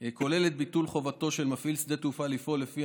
היא כוללת את ביטול חובתו של מפעיל שדה תעופה לפעול לפי